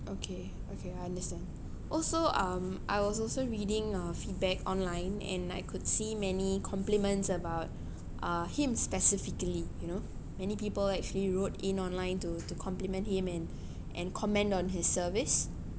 okay okay I understand also um I was also reading uh feedback online and I could see many compliments about uh him specifically you know many people actually wrote in online to to compliment him and and comment on his service